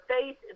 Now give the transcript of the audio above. faith